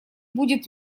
будет